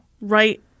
Right